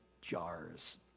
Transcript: jars